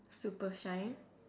super shine